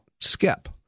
skip